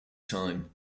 time